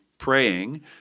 praying